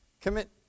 commit